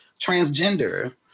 transgender